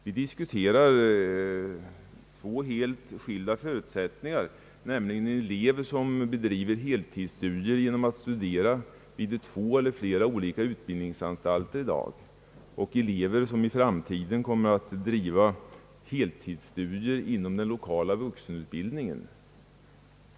Vi diskuterar två helt skilda förutsättningar, nämligen elever som bedriver heltidsstudier genom att studera vid två eller flera olika utbildningsanstalter i dag och elever som i framtiden kommer att bedriva heltidsstudier inom den lokala vuxenutbildningen.